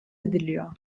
ediliyor